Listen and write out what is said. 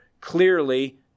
clearly